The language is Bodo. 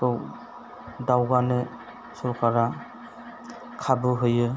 दावगानो सरखारा खाबु होयो